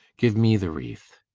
give me the wreath.